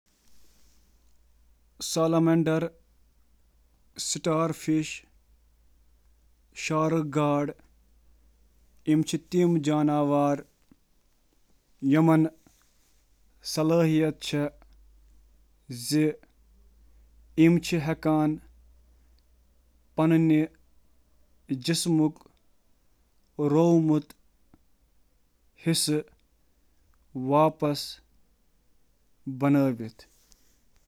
کنہہ جانورن منٛز چِھ وسیع پیمانس پیٹھ تجدیدی صلاحیتہٕ آسان۔ مثالہٕ پٲٹھۍ، مٔدرِ آبُک لۄکُٹ جانور ہائیڈرا ہیٚکہ نیصفس منٛز ژٹنہٕ پتہٕ زٕ پورٕ جسم بنٲوتھ۔